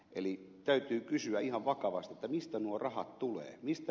eli täytyy kysyä ihan vakavasti mistä nuo rahat tulevat